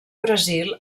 brasil